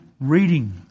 reading